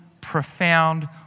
profound